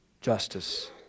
justice